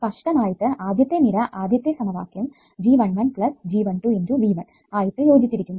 സ്പഷ്ടം ആയിട്ട് ആദ്യത്തെ നിര ആദ്യത്തെ സമവാക്യം G11 G12 × V1 ആയിട്ട് യോജിച്ചിരിക്കുന്നു